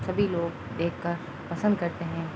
سبھی لوگ دیکھ کر پسند کرتے ہیں